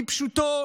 כפשוטו,